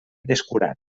descurat